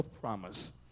promise